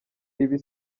ibi